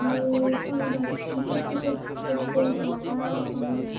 ଆଉ କ'ଣ ଦ ଟିକେଟ ଫିକେଟ କେତେ ଟଙ୍କା କ'ଣ